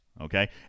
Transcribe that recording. Okay